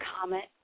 comment